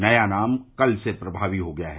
नया नाम कल से प्रमावी हो गया है